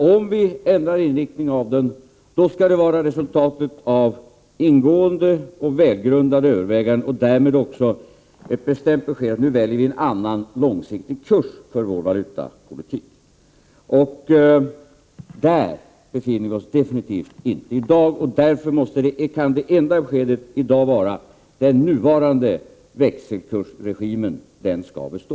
Om vi ändrar inriktning, då skall det vara resultatet av ingående och välgrundade överväganden och därmed utgöra ett bestämt besked om att vi väljer en annan långsiktig kurs för vår valutapolitik. Där befinner vi oss definitivt inte i dag, och därför kan det enda beskedet i dag vara att den nuvarande växelkursregimen skall bestå.